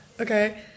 Okay